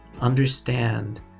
understand